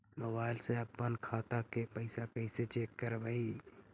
Mobile से अपन खाता के पैसा कैसे चेक करबई?